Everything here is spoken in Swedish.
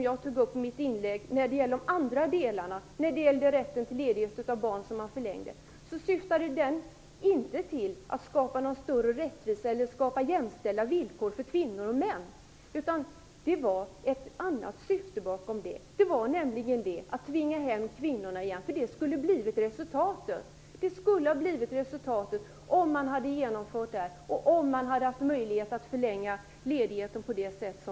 Jag tog upp i mitt inlägg frågan om förlängningen av rätten till ledighet. Den rätten syftade inte till att skapa någon större rättvisa eller jämställda villkor för kvinnor och män. Det fanns ett annat syfte bakom detta, nämligen att tvinga hem kvinnorna. Det skulle ha blivit resultatet om det hade blivit möjligt att förlänga rätten till ledighet.